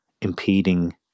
impeding